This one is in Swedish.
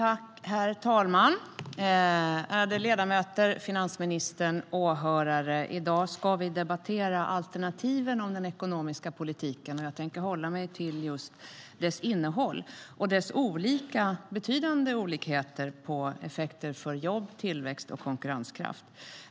Herr talman, ärade ledamöter, finansministern, åhörare! I dag ska vi debattera alternativen till den ekonomiska politiken, och jag tänker hålla mig till just dess innehåll och dess betydande olikheter vad gäller effekter för jobb, tillväxt och konkurrenskraft.